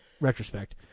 retrospect